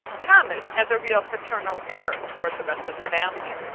thomas has a really paternal air toward the rest of the family.